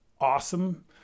awesome